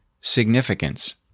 significance